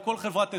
עם כל חברת הזנק,